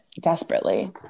desperately